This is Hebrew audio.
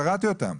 קראתי אותם.